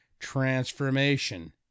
transformation